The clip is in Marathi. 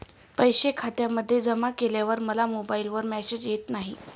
पैसे खात्यामध्ये जमा केल्यावर मला मोबाइलवर मेसेज येत नाही?